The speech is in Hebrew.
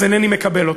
אז אינני מקבל אותה.